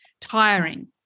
tiring